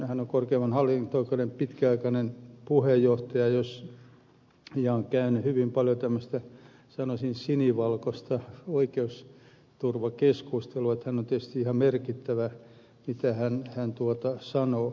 hän on korkeimman hallinto oikeuden pitkäaikainen puheenjohtaja ja on käynyt hyvin paljon tällaista sanoisin sinivalkoista oikeusturvakeskustelua ja on tietysti merkittävää mitä hän sanoo